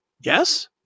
Yes